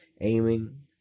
aiming